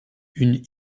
une